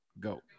go